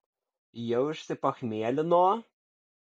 jau išsipachmielino